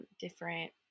different